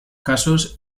casos